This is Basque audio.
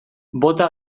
bota